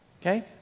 Okay